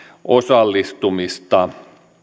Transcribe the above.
osallistumista